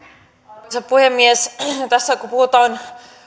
arvoisa puhemies tässä kun puhutaan